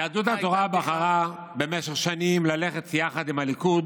יהדות התורה בחרה במשך שנים ללכת יחד עם הליכוד